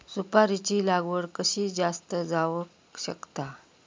सुपारीची लागवड कशी जास्त जावक शकता?